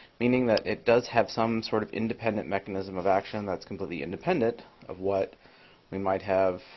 meaning that it does have some sort of independent mechanism of action that's completely independent of what we might have